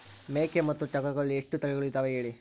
ಮೇಕೆ ಮತ್ತು ಟಗರುಗಳಲ್ಲಿ ಎಷ್ಟು ತಳಿಗಳು ಇದಾವ ಹೇಳಿ?